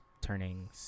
turning